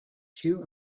two